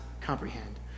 comprehend